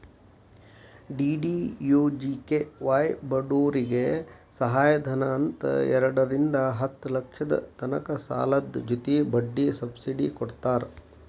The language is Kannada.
ಡಿ.ಡಿ.ಯು.ಜಿ.ಕೆ.ವಾಯ್ ಬಡೂರಿಗೆ ಸಹಾಯಧನ ಅಂತ್ ಎರಡರಿಂದಾ ಹತ್ತ್ ಲಕ್ಷದ ತನಕ ಸಾಲದ್ ಜೊತಿ ಬಡ್ಡಿ ಸಬ್ಸಿಡಿ ಕೊಡ್ತಾರ್